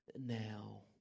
now